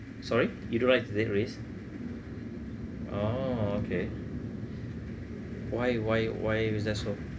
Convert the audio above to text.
sorry you don't like to take risk oh okay why why why is that so